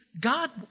God